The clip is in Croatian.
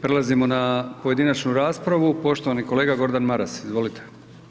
Prelazimo na pojedinačnu raspravu. poštovani kolega Gordan Maras, izvolite.